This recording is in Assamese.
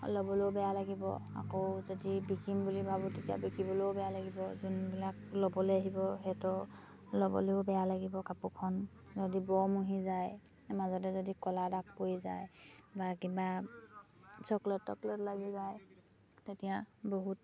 ল'বলেও বেয়া লাগিব আকৌ যদি বিকিম বুলি ভাবোঁ তেতিয়া বিকিবলেও বেয়া লাগিব যোনবিলাক ল'বলে আহিব সেইটো ল'বলেও বেয়া লাগিব কাপোৰখন যদি বৰ মহি যায় মাজতে যদি ক'লা দাগ পৰি যায় বা কিবা চকলেট টকলেট লাগি যায় তেতিয়া বহুত